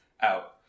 Out